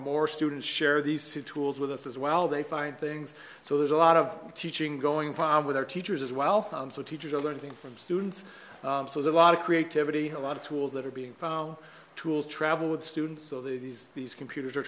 and more students share these two tools with us as well they find things so there's a lot of teaching going filed with our teachers as well so teachers are learning from students so there's a lot of creativity how a lot of tools that are being found tools travel with students so these these computers are